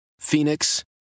Phoenix